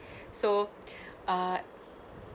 so uh